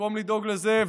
במקום לדאוג לזה,